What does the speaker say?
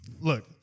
Look